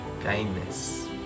kindness